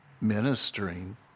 ministering